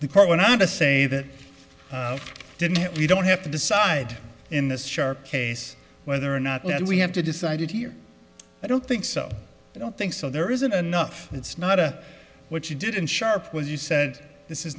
the court went on to say that didn't we don't have to decide in this shark case whether or not we have to decide it here i don't think so i don't think so there isn't enough it's not a what you did in sharp was you said this is